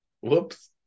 Whoops